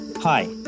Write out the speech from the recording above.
Hi